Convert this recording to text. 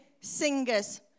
singers